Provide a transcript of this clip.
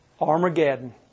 Armageddon